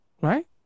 right